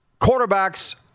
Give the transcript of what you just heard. quarterbacks